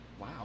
Wow